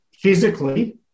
physically